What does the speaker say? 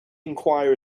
enquire